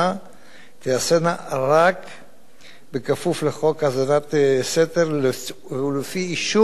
בכפוף לחוק האזנת סתר ולפי אישור בית-משפט,